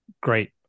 great